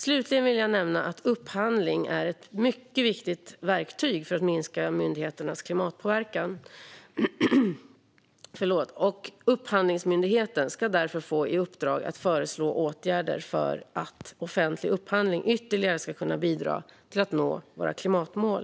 Slutligen vill jag nämna att upphandling är ett mycket viktigt verktyg för att minska myndigheters klimatpåverkan, och Upphandlingsmyndigheten ska därför få i uppdrag att föreslå åtgärder för att offentlig upphandling ytterligare ska kunna bidra till att nå våra klimatmål.